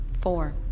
Four